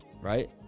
right